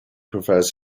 prefers